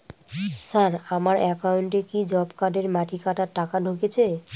Sir আমার একাউন্টে কি জব কার্ডের মাটি কাটার টাকা ঢুকেছে?